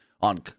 on